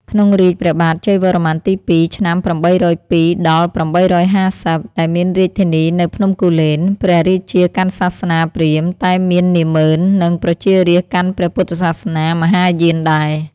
ក្នុងរាជ្យព្រះបាទជ័យវរ្ម័នទី ២ (ឆ្នាំ ៨០២-៨៥០) ដែលមានរាជធានីនៅភ្នំគូលែន ព្រះរាជាកាន់សាសនាព្រាហ្មណ៍ តែមាននាម៉ឺន និងប្រជារាស្រ្តកាន់ព្រះពុទ្ធសាសនាមហាយានដែរ ។